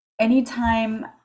anytime